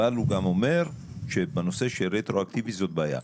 אבל הוא גם אומר שבנושא של רטרואקטיבי זאת בעיה.